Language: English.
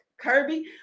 Kirby